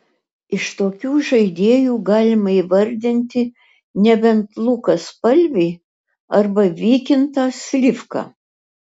iš tokių žaidėjų galima įvardinti nebent luką spalvį arba vykintą slivką